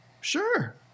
Sure